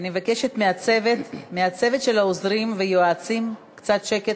אני מבקשת מהצוות של העוזרים והיועצים קצת שקט.